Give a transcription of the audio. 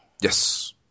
Yes